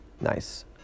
Nice